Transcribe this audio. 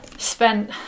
spent